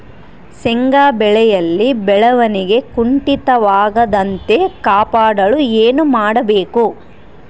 ಶೇಂಗಾ ಬೆಳೆಯಲ್ಲಿ ಬೆಳವಣಿಗೆ ಕುಂಠಿತವಾಗದಂತೆ ಕಾಪಾಡಲು ಏನು ಮಾಡಬೇಕು?